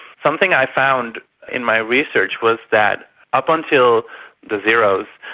something i found in my research was that up until the zeros,